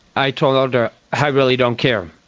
i told and her, i really don't care.